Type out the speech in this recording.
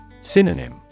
Synonym